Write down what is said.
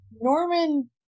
norman